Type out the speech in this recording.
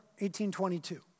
1822